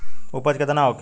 उपज केतना होखे?